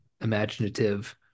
imaginative